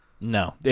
No